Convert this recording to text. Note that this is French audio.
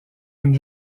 une